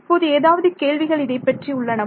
இப்போது ஏதாவது கேள்விகள் இதைப்பற்றி உள்ளனவா